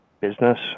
business